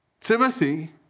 Timothy